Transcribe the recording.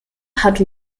hat